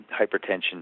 hypertension